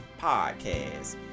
podcast